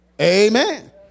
Amen